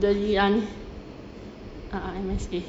the yang ah ah M_S_A